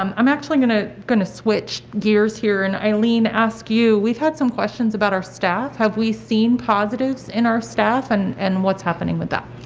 um i'm actually gonna gonna switch gears here and eileen ask you, we've had some questions about our staff. have we seen positives in our staff and and what's happening with that?